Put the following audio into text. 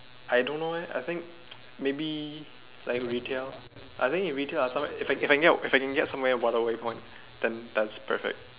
I don't know eh I think maybe like retail I think in retail or somewhere if I can get if I can get somewhere what I would want then that's perfect